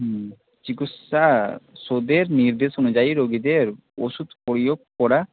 হুম চিকিৎসা নির্দেশ অনুযায়ী রোগীদের ওষুধ প্রয়োগ করা